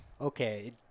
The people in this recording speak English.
okay